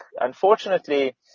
Unfortunately